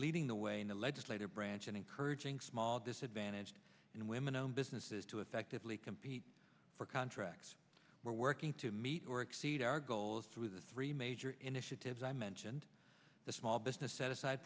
leading the way in the legislative branch and encouraging small disadvantaged and women owned businesses to effectively compete for contracts we're working to meet or exceed our goals through the three major initiatives i mentioned the small business set aside